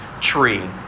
tree